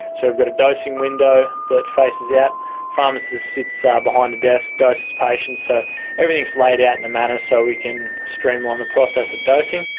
so we've got a dosing window that faces out pharmacist sits ah behind a desk, doses patients. so everything's laid out in a manner so we can streamline the process of dosing.